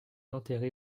enterrée